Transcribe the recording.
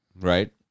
right